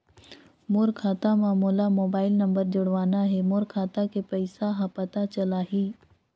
मोर खाता मां मोला मोबाइल नंबर जोड़वाना हे मोर खाता के पइसा ह पता चलाही?